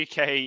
UK